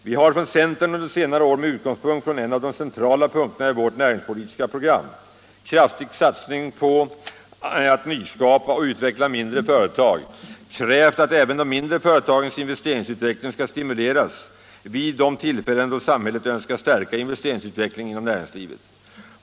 Vi har från centern under senare år med utgångspunkt i en av de centrala punkterna i vårt näringspolitiska program, dvs. kraftig satsning på att nyskapa och utveckla mindre företag, krävt att även de mindre företagens investeringsutveckling skall stimuleras vid de tillfällen då samhället önskar stärka investeringsutvecklingen inom näringslivet.